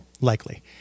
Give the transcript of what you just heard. likely